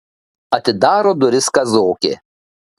atidaro duris kazokė